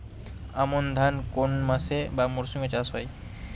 আমন ধান কোন মাসে বা মরশুমে চাষ হয়?